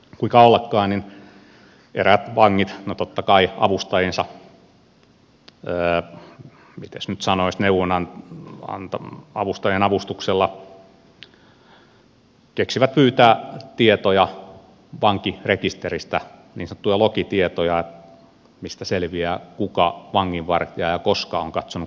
kuinka ollakaan eräät vangit no totta kai miten sen nyt sanoisi avustajiensa avustuksella keksivät pyytää tietoja vankirekisteristä niin sanottuja lokitietoja mistä selviää kuka vanginvartija ja koska on katsonut kenenkin tietoja